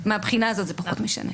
מהבחינה הזאת זה פחות משנה.